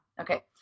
okay